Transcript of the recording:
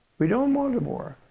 we don't want a war.